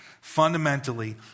Fundamentally